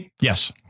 Yes